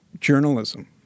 journalism